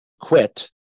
quit